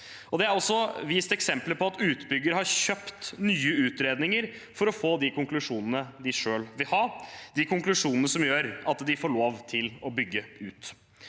Det er også vist eksempler på at utbyggere har kjøpt nye utredninger for å få de konklusjonene de selv vil ha – konklusjoner som gjør at de får lov til å bygge ut.